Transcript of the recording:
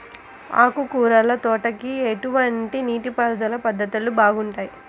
ఆకుకూరల తోటలకి ఎటువంటి నీటిపారుదల పద్ధతులు బాగుంటాయ్?